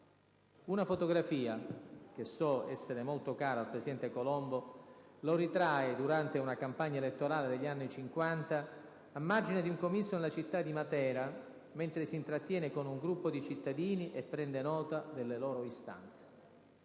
Una fotografia - che so essere molto cara al presidente Colombo - lo ritrae, durante una campagna elettorale degli anni Cinquanta, a margine di un comizio nella città di Matera, mentre si intrattiene con un gruppo di cittadini e prende nota delle loro istanze.